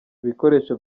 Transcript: ibikoresho